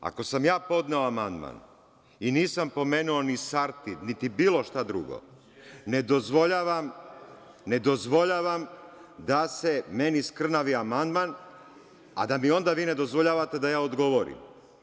Ako sam ja podneo amandman i nisam pomenuo ni Sartid niti bilo šta drugo, ne dozvoljavam da se meni skrnavi amandman, a da mi onda vi ne dozvoljavate da ja odgovorim.